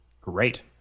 Great